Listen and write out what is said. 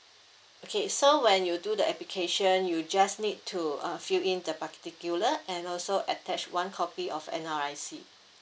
okay so when you do the application you just need to uh fill in the particular and also attach one copy of N_R_I_C